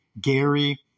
Gary